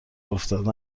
افتاده